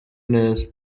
neza